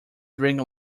drink